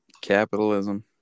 Capitalism